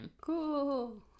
Cool